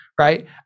Right